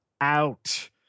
out